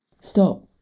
Stop